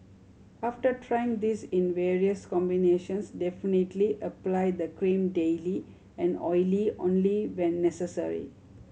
after trying this in various combinations definitely apply the cream daily and oily only when necessary